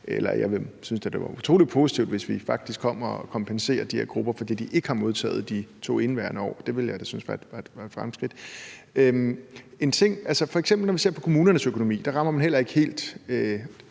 eller jeg synes da, det ville være utrolig positivt, hvis vi faktisk kom og kompenserede de her grupper for det, de ikke har modtaget i de 2 indeværende år. Det ville jeg da synes var et fremskridt. Når vi ser på f.eks. kommunernes økonomi, rammer man heller ikke helt